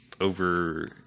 Over